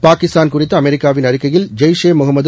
பாகிஸ்தான் குறித்த அமெரிக்காவின் அறிக்கையில் ஜெய்ஷ் ஏ முகமது